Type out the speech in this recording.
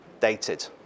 dated